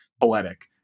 poetic